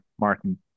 Martin